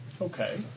Okay